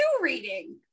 reading